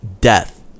death